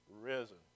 risen